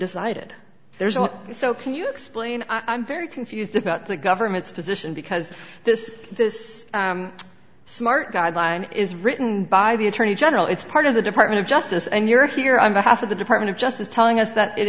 decided there's a lot so can you explain i'm very confused about the government's position because this this smart guideline is written by the attorney general it's part of the department of justice and you're here on behalf of the department of justice telling us that it